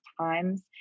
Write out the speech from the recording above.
times